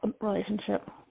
relationship